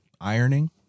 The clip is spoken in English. ironing